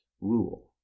rule